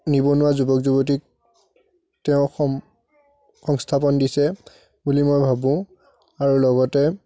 নিবনুৱা যুৱক যুৱতীক তেওঁ সম সংস্থাপন দিছে বুলি মই ভাবোঁ আৰু লগতে